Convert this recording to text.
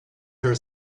her